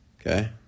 Okay